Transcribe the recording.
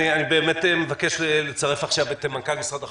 אני מבקש לצרף עכשיו את מנכ"ל משרד החקלאות,